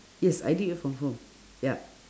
yes I did from home yup